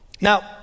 Now